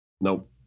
Nope